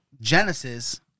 Genesis